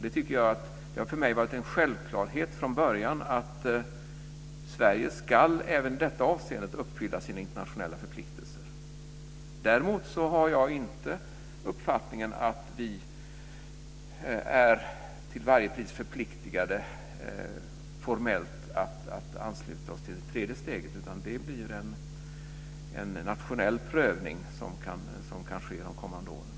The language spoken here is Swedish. Det har för mig varit en självklarhet från början att Sverige även i detta avseende ska uppfylla sina internationella förpliktelser. Däremot har jag inte uppfattningen att vi till varje pris är formellt förpliktigade att ansluta oss till det tredje steget. Det blir en nationell prövning som kan ske de kommande åren.